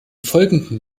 folgenden